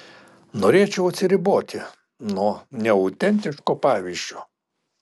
norėčiau atsiriboti nuo neautentiško pavyzdžio